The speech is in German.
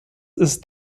ist